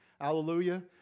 Hallelujah